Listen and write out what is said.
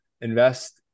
invest